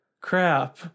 crap